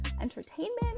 entertainment